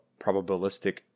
probabilistic